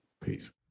peace